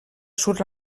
surt